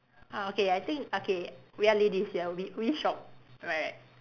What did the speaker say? uh okay I think okay we are ladies ya we we shop right